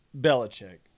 Belichick